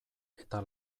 eta